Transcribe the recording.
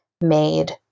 made